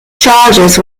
charges